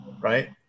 Right